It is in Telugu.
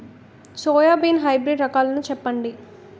సోయాబీన్ హైబ్రిడ్ రకాలను చెప్పండి?